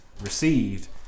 received